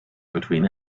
between